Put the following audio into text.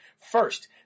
First